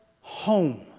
home